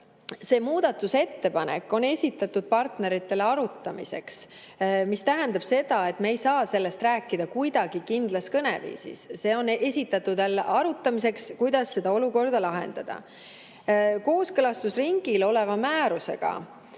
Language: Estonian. muudatusettepanek on esitatud partneritele arutamiseks. See tähendab seda, et me ei saa sellest rääkida kuidagi kindlas kõneviisis. See on esitatud arutamiseks, kuidas olukorda lahendada. Kooskõlastusringil oleva määrusega